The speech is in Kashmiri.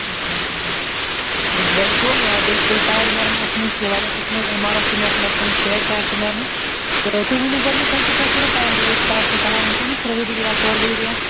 بِلکُل آ بِلکُل ٹایَر نیرَن اَسہِ نِش واریاہ قٕسمٕکۍ ایٚم آر ایٚف تہِ میلن اَسہِ نِش سِیٹ ٹایَر تہِ میلَن تہٕ تُہۍ ؤنِو گۄڈنٮ۪تھ کہِ تۄہہِ کوٗتاہ ٹایم گوٚوٕ ٹایَر چھا چَلان وُنکٮ۪نَس ترٛےٚ ؤری گٔیا ژور ؤری گٔیا